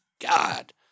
God